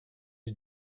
his